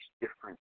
different